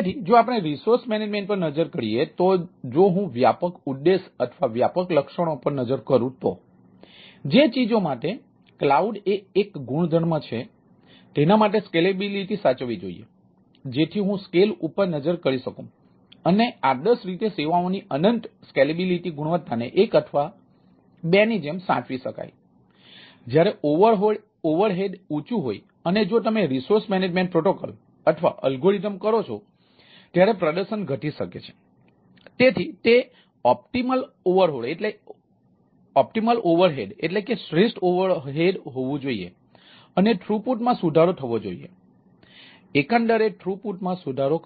તેથી જો આપણે રિસોર્સ મેનેજમેન્ટ માં વધારો કરશે